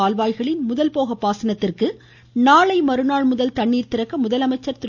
கால்வாய்களில் முதல் போக பாசனத்திற்கு நாளை மறுநாள் முதல் தண்ணீர் திறக்க முதலமைச்சர் திரு